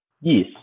Yes